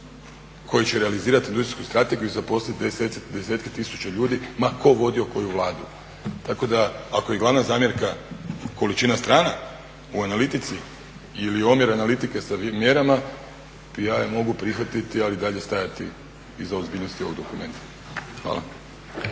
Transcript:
koje će realizirati ljudsku strategiju i zaposliti desetke tisuća ljudi ma tko vodio koju Vladu. Tako da ako je glavna zamjerka količina strana u analitici ili omjer analitike sa mjerama ja je mogu prihvatiti ali i dalje stajati iza ozbiljnosti ovog dokumenta. Hvala.